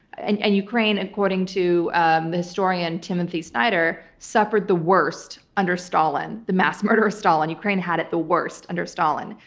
and and ukraine, according to and the historian, timothy snyder, suffered the worst under stalin, the mass murderer stalin. ukraine had it the worst under stalin.